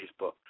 Facebook